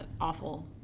awful